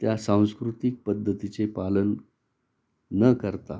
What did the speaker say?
त्या सांस्कृतिक पद्धतीचे पालन न करता